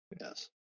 yes